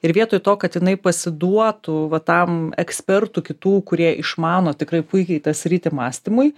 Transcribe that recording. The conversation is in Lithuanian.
ir vietoj to kad jinai pasiduotų va tam ekspertų kitų kurie išmano tikrai puikiai tą sritį mąstymui